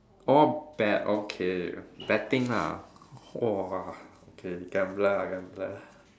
oh bet okay betting ah !whoa! okay gambler ah gambler